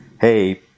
hey